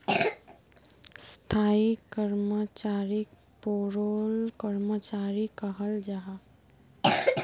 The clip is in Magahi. स्थाई कर्मचारीक पेरोल कर्मचारी कहाल जाहा